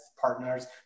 partners